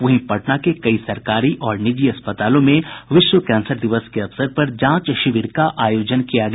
वहीं पटना के कई सरकारी और निजी अस्पतालों में विश्व कैंसर दिवस के अवसर पर जांच शिविर का आयोजन किया गया